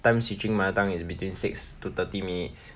times switching mother tongue is between six to thirty minutes